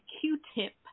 Q-Tip